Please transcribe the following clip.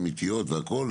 האמיתיות והכל,